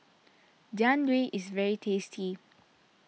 Jian Dui is very tasty